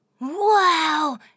Wow